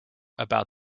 about